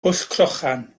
pwllcrochan